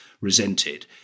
resented